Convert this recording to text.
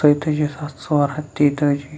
ژۄیتٲجی ساس ژور ہَتھ تیتٲجی